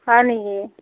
হয় নেকি